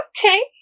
okay